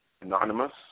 anonymous